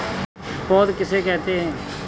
पौध किसे कहते हैं?